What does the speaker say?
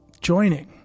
joining